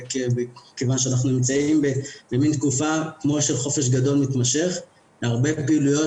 כיוון שאנחנו נמצאים במין תקופה כמו של חופש גדול מתמשך והרבה פעילויות